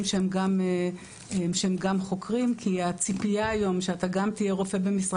שהם גם חוקרים כי הציפייה היום שגם תהיה רופא במשרה